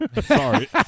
Sorry